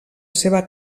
seva